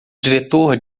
diretor